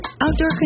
outdoor